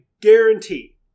guarantee